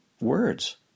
words